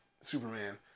Superman